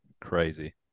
crazy